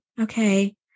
Okay